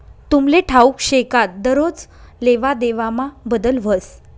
तुमले ठाऊक शे का दरोज लेवादेवामा बदल व्हस